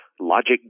logic